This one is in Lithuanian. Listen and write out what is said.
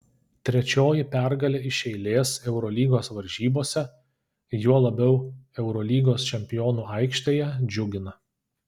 trečioji pergalė iš eilės eurolygos varžybose juo labiau eurolygos čempionų aikštėje džiugina